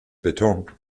beton